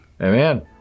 Amen